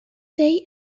they